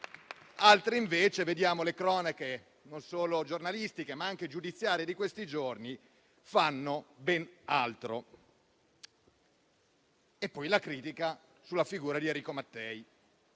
altre, come vediamo sulle cronache non solo giornalistiche, ma anche giudiziarie di questi giorni, fanno ben altro. Vi è poi la critica sulla figura di Enrico Mattei: